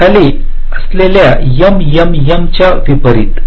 या खाली असलेल्या एमएमएमच्या विपरीत